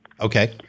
Okay